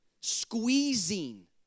Squeezing